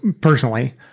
personally